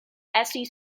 estis